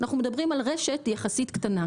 אנחנו מדברים על רשת יחסית קטנה,